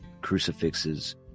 crucifixes